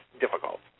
difficult